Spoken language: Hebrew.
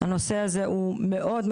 הנושא הזה חשוב,